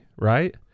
Right